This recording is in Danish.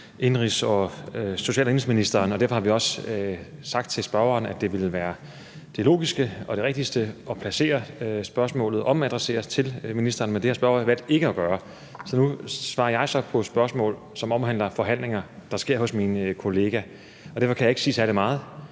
social- og indenrigsministeren, og derfor har vi også sagt til spørgeren, at det ville være det logiske og det rigtigste at omadressere spørgsmålet til ministeren, men det har spørgeren valgt ikke at gøre. Så nu svarer jeg så på et spørgsmål, som omhandler forhandlinger, der sker hos min kollega. Derfor kan jeg ikke sige særlig meget.